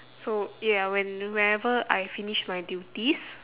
so ya when whenever I finish my duties